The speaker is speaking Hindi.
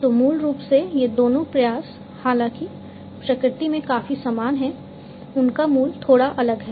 तो मूल रूप से ये दोनों प्रयास हालांकि प्रकृति में काफी समान हैं उनका मूल थोड़ा अलग है